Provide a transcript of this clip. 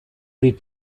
abrir